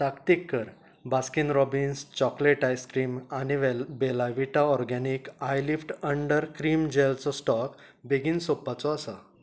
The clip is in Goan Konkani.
ताकतिक कर बास्किन रॉबिन्स चॉकलेट आयसक्रिम आनी Bella Vita organic eyelift under cream जेलचो स्टॉक बेगीन सोंपपाचो आसा